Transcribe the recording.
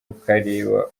ukareba